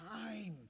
time